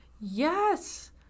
Yes